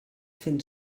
fent